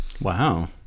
Wow